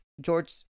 George